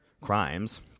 crimes